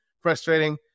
frustrating